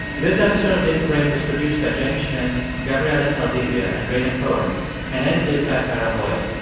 this episode of hidden brain was produced by jenny schmidt, gabriela saldivia and rhaina cohen and edited by tara boyle.